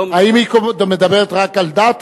האם היא מדברת רק על דת?